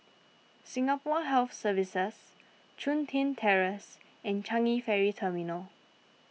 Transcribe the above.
Singapore Health Services Chun Tin Terrace and Changi Ferry Terminal